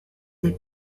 des